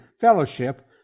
fellowship